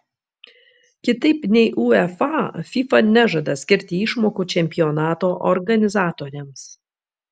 kitaip nei uefa fifa nežada skirti išmokų čempionato organizatoriams